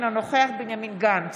אינו נוכח בנימין גנץ,